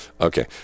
okay